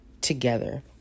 together